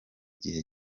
gihe